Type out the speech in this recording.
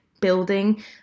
building